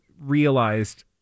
realized